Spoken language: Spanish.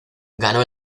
ganó